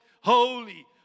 holy